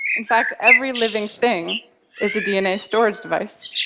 in fact, every living thing is a dna storage device.